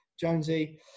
Jonesy